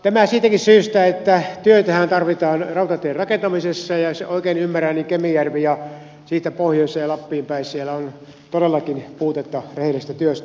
tämä siitäkin syystä että työtähän tarvitaan rautatien rakentamisessa ja jos oikein ymmärrän niin kemijärvellä ja siitä pohjoiseen ja lappiin päin on todellakin puutetta rehellisestä työstä